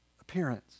appearance